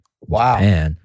Wow